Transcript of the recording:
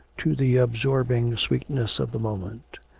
to the absorbing sweetness of the moment.